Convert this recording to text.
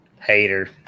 Hater